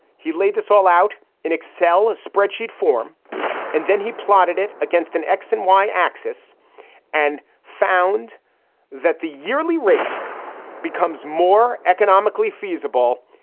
he laid this all out in excel spreadsheet form and then he plotted it against an x and y axis and found that the yearly rate becomes more economically feasible.